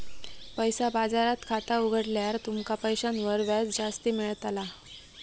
पैसा बाजारात खाता उघडल्यार तुमका पैशांवर व्याज जास्ती मेळताला